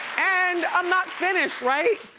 and i'm not finished, right?